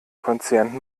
konzern